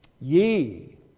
Ye